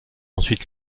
ensuite